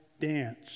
dance